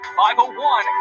501